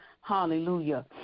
Hallelujah